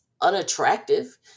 unattractive